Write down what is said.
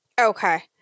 Okay